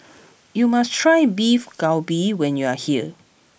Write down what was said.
you must try Beef Galbi when you are here